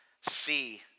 see